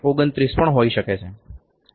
29 પણ હોઈ શકે છે